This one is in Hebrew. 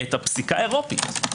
את הפסיקה האירופית,